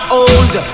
old